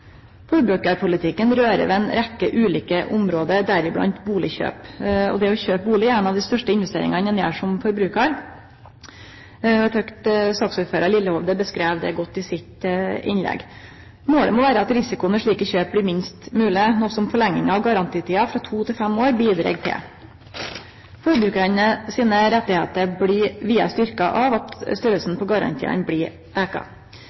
ulike område, deriblant bustadkjøp. Det å kjøpe bustad er ei av dei største investeringane ein gjer som forbrukar, og eg syntest at saksordførar Lillehovde beskreiv det godt i sitt innlegg. Målet må vere at risikoen ved slike kjøp blir minst mogleg, noko som forlenginga av garantitida frå to til fem år bidreg til. Forbrukarane sine rettar blir vidare styrkte av at storleiken på garantiane blir auka.